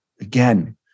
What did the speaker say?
again